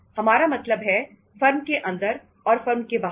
हमारा मतलब है फर्म के अंदर और फर्म के बाहर